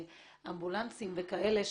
אמבולנסים וכאלה,